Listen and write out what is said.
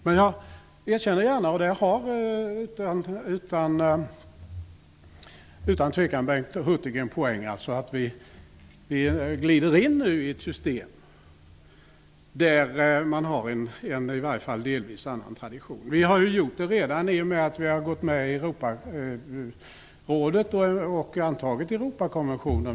Men jag erkänner gärna, och där har Bengt Hurtig otvivelaktigt en poäng, att vi nu glider in i ett system med en i varje fall delvis annan tradition. Vi har gjort det redan i och med att vi har gått med i Europarådet och har antagit Europakonventionen.